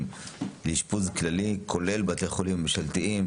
לאשפוז כללי כולל בתי החולים הממשלתיים,